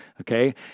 okay